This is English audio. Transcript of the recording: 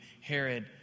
Herod